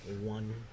one